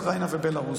אוקראינה ובלרוס,